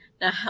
Now